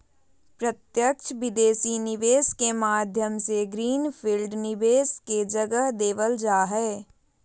प्रत्यक्ष विदेशी निवेश के माध्यम से ग्रीन फील्ड निवेश के जगह देवल जा हय